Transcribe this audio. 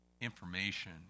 information